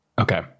Okay